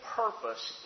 purpose